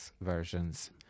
versions